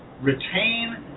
retain